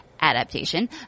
adaptation